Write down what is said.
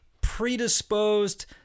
predisposed